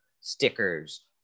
stickers